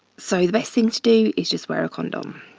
so the best thing to do is just wear a condom.